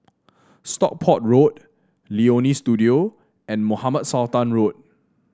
Stockport Road Leonie Studio and Mohamed Sultan Road